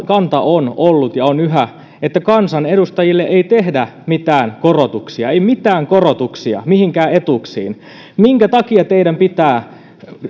kanta on ollut ja on yhä että kansanedustajille ei tehdä mitään korotuksia ei mitään korotuksia mihinkään etuuksiin minkä takia teidän pitää